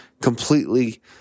completely